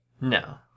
No